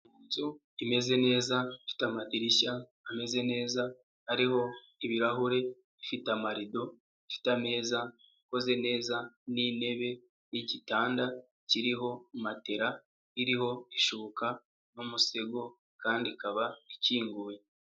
Inzu imeze neza ifite amadirishya ameze neza ariho ibirahure, ifite amarido, ifite ameza akoze neza n'intebe, igitanda kiriho matela, iriho ishuka n'umusego kandi ikaba ikinguye.